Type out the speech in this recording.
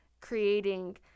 creating